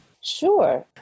Sure